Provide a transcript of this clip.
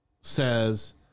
says